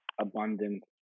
abundance